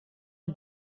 els